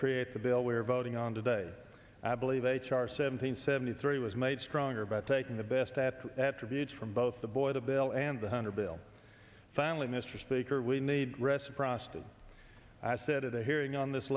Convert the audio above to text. create the bill we are voting on today i believe h r seventeen seventy three was made stronger by taking the best attributes from both the boy the bill and the hunter bill finally mr speaker we need reciprocity i said at a hearing on this